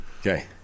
Okay